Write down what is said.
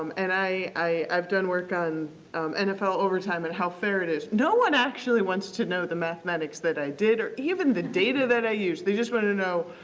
um and, i've done work on nfl overtime and how fair it is, no one actually wants to know the mathematics that i did or even the data that i used. they just want to know,